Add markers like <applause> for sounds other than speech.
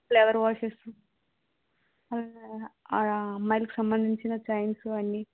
flower vases <unintelligible> అలా అమ్మాయిలకి సంబం ధించిన చైన్సు అన్ని